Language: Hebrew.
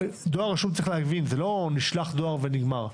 צריך להבין שזה לא שנשלח דואר ונגמר.